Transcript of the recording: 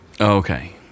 Okay